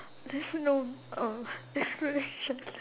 there's no uh explanation